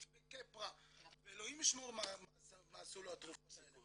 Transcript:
וקפרה ואלוהים ישמור מה עשו לו התרופות האלה.